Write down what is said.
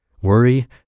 Worry